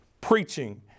preaching